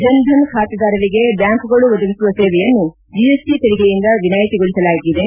ಜನ್ಧನ್ ಖಾತೆದಾರರಿಗೆ ಬ್ಲಾಂಕ್ಗಳು ಒದಗಿಸುವ ಸೇವೆಯನ್ನು ಜಿಎಸ್ಟ ತೆರಿಗೆಯಿಂದ ವಿನಾಯಿತಿಗೊಳಿಸಲಾಗಿದೆ